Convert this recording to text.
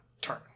turn